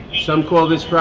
some call this but